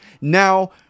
now